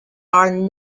are